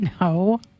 No